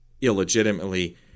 illegitimately